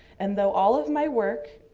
and though all of my work,